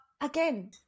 again